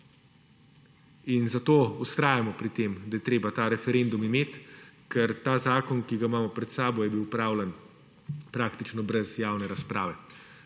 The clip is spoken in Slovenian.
In zato vztrajamo pri tem, da je treba ta referendum imeti, ker ta zakon, ki ga imamo pred sabo, je bil opravljen praktično brez javne razprave,